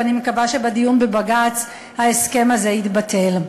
ואני מקווה שבדיון בבג"ץ ההסכם הזה יתבטל.